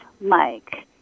Mike